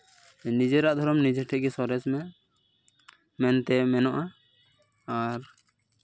ᱱᱤᱡᱮᱨᱟᱜ ᱫᱷᱚᱨᱚᱢ ᱱᱤᱡᱮ ᱛᱮᱜᱮ ᱥᱚᱨᱮᱥ ᱢᱮ ᱢᱮᱱᱛᱮ ᱢᱮᱱᱚᱜᱼᱟ ᱟᱨ